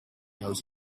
nose